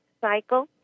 cycle